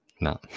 no